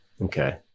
Okay